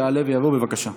יעלה ויבוא, בבקשה.